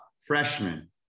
freshman